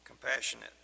Compassionate